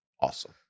awesome